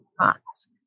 spots